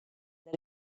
that